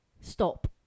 stop